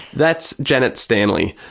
that's janet stanley,